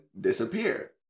disappear